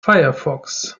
firefox